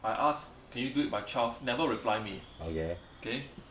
I ask can you do it by twelve never reply me okay